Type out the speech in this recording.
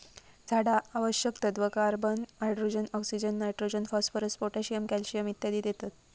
झाडा आवश्यक तत्त्व, carbon, hydrogen, oxygen, nitrogen, phosphorus, potassium, calcium इत्यादी देतत